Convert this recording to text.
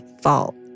fault